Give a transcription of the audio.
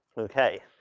okay.